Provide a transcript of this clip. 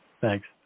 Thanks